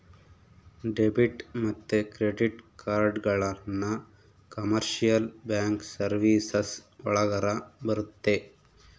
debit ಮತ್ತೆ credit ಕಾರ್ಡ್ಗಳನ್ನ commercial bank services ಒಳಗರ ಬರುತ್ತೆ